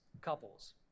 couples